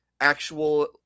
actual